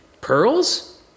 Pearls